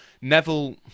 Neville